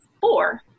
four